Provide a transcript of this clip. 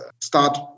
start